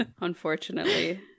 unfortunately